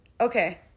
Okay